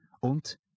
und